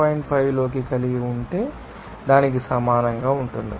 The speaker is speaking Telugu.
5 లోకి కలిగి ఉంటే దానికి సమానంగా ఉంటుంది